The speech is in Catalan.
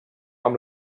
amb